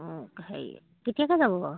অঁ হেৰি কেতিয়াকৈ যাব বাৰু